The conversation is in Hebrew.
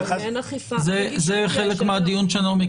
קודם כול, זה לא מחוק ההסדרים.